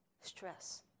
stress